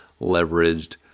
leveraged